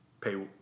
pay